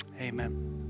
Amen